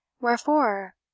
Wherefore